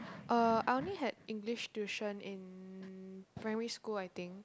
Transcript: uh I only had English tuition in primary school I think